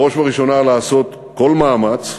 בראש ובראשונה, לעשות כל מאמץ שלנו,